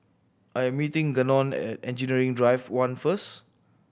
I am meeting Gannon at Engineering Drive One first